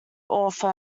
author